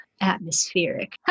atmospheric